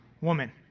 woman